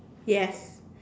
yes